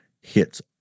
hits